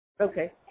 Okay